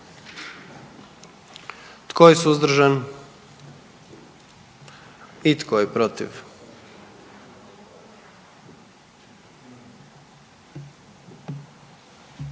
Tko je suzdržan? I tko je protiv?